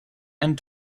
and